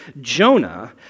Jonah